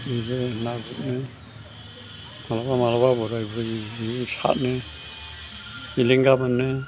बेबो ना गुथनो मालाबा मालाबा बोराय बुरि ज' सादनो एलेंगा मोनो